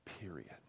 period